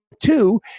two